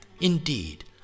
Indeed